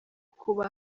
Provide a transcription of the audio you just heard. kuba